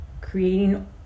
creating